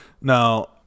Now